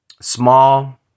small